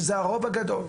שהם הרוב הגדול.